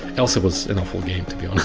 also was an awful game, to be honest.